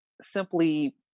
simply